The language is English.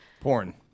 Porn